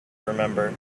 remember